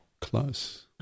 Close